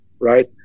right